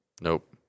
Nope